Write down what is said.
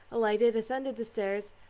alighted, ascended the stairs,